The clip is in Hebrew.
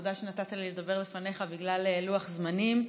ותודה שנתת לי לדבר לפניך בגלל לוח זמנים.